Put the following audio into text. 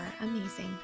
amazing